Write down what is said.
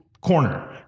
corner